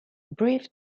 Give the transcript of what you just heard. brief